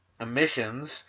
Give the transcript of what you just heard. emissions